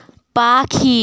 পাখি